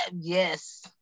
yes